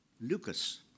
Lucas